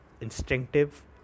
instinctive